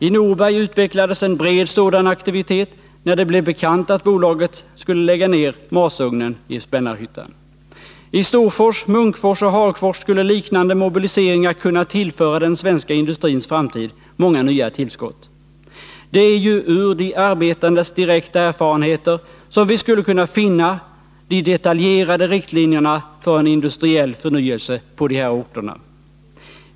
I Norberg utvecklades en bred sådan aktivitet, när det blev bekant att bolaget skulle lägga ned masugnen i Spännarhyttan. I Storfors, Munkfors och Hagfors skulle liknande mobiliseringar kunna tillföra den svenska industrins framtid många nya tillskott. Det är ju ur de arbetandes direkta erfarenheter som vi skulle kunna finna de detaljerade riktlinjerna för en industriell förnyelse på de här orterna.